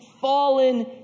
fallen